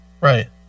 Right